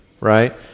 right